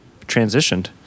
transitioned